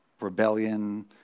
rebellion